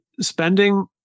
spending